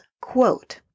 quote